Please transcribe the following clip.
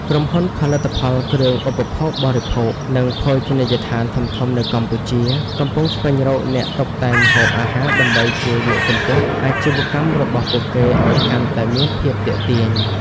ក្រុមហ៊ុនផលិតផលគ្រឿងឧបភោគបរិភោគ និងភោជនីយដ្ឋានធំៗនៅកម្ពុជា កំពុងស្វែងរកអ្នកតុបតែងម្ហូបអាហារដើម្បីជួយលើកកម្ពស់អាជីវកម្មរបស់ពួកគេឱ្យកាន់តែមានភាពទាក់ទាញ។